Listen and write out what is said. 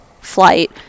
flight